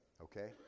okay